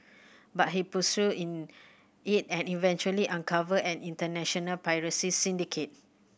but he pursued in it and eventually uncovered an international piracy syndicate